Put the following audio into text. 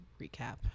recap